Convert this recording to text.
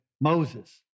Moses